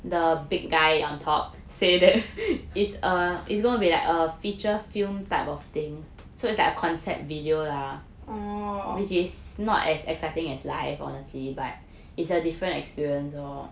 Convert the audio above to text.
oh